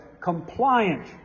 compliant